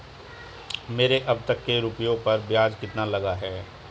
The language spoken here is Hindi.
मेरे अब तक के रुपयों पर ब्याज कितना लगा है?